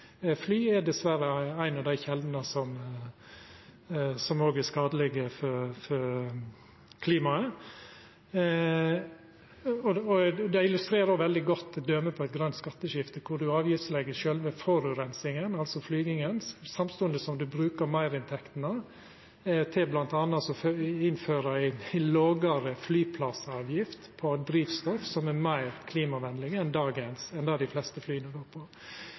Fly er dessverre ei av kjeldene som er skadelege for klimaet. Det illustrerer òg veldig godt eit grønt skatteskifte der ein legg avgift på sjølve forureininga, altså flyginga, samstundes som ein bruker meirinntektene til m.a. å innføra ei lågare flyplassavgift på drivstoff som er meir klimavenleg enn det dei fleste flya går på